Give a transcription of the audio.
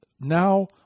now